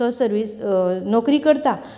तो सर्वीस नोकरी करता